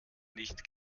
nicht